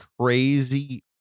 crazy